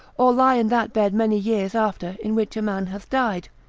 or lie in that bed many years after in which a man hath died.